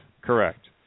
Correct